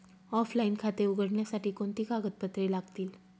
Offline खाते उघडण्यासाठी कोणती कागदपत्रे लागतील?